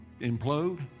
implode